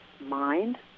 mind